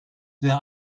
wäre